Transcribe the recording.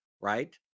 right